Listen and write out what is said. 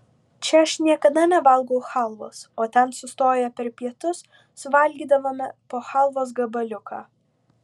čia aš niekada nevalgau chalvos o ten sustoję per pietus suvalgydavome po chalvos gabaliuką